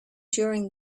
during